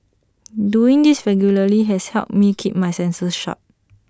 doing this regularly has helped me keep my senses sharp